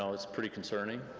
so it's pretty concerning,